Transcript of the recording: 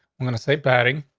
i'm gonna say batting.